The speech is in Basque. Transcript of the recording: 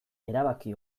erabaki